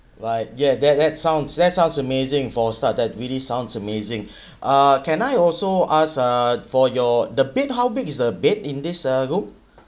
right yeah that that sounds that sounds amazing for stuff that really sounds amazing uh can I also ask uh for your the bed how big is the bed in this uh room